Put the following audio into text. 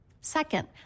Second